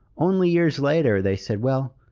only years later they said, well,